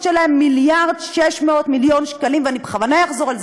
שלהם מיליארד ו-600 מיליון שקלים,